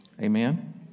Amen